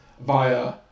via